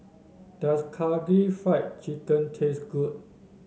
does Karaage Fried Chicken taste good